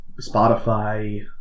Spotify